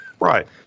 Right